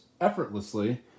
effortlessly